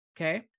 Okay